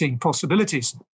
possibilities